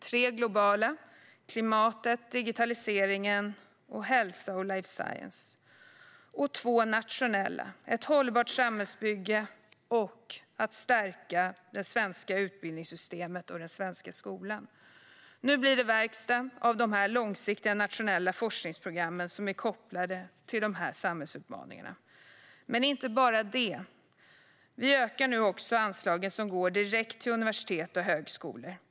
Tre är globala: klimatet, digitaliseringen samt hälsa och life science. Två är nationella: ett hållbart samhällsbygge och att stärka det svenska utbildningssystemet och den svenska skolan. Nu blir det verkstad av de långsiktiga nationella forskningsprogram som är kopplade till dessa samhällsutmaningar. Och inte bara det - vi ökar nu anslagen som går direkt till universitet och högskolor.